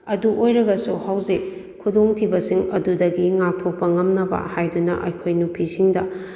ꯑꯗꯨ ꯑꯣꯏꯔꯒꯁꯨ ꯍꯧꯖꯤꯛ ꯈꯨꯗꯣꯡꯊꯤꯕꯁꯤꯡ ꯑꯗꯨꯗꯒꯤ ꯉꯥꯛꯊꯣꯛꯄ ꯉꯝꯅꯕ ꯍꯥꯏꯗꯨꯅ ꯑꯩꯈꯣꯏ ꯅꯨꯄꯤꯁꯤꯡꯗ